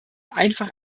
einfach